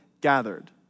gathered